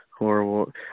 Horrible